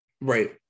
Right